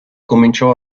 cominciò